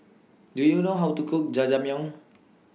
Do YOU know How to Cook Jajangmyeon